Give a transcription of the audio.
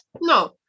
no